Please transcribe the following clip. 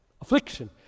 affliction